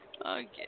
Okay